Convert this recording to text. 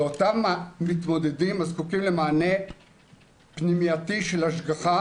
לאותם המתמודדים הזקוקים למענה פנימייתי של השגחה